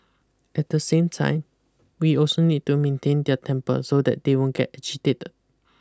at the same time we also need to maintain their temper so that they won't get agitated